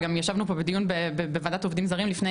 ישבנו גם בדיון בוועדת עובדים זרים לפני